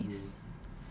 that's not nice